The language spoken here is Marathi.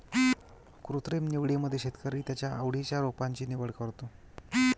कृत्रिम निवडीमध्ये शेतकरी त्याच्या आवडत्या रोपांची निवड करतो